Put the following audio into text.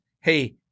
hey